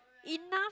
enough